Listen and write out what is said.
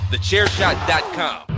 TheChairShot.com